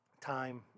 time